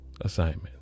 assignment